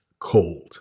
cold